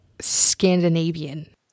Scandinavian